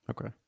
Okay